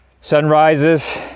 sunrises